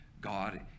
God